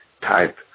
type